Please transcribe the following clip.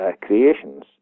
creations